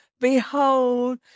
Behold